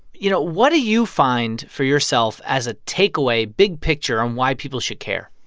you know, what do you find for yourself as a takeaway, big picture, on why people should care?